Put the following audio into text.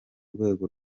rwego